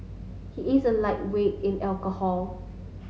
he is a lightweight in alcohol